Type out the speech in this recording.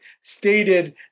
stated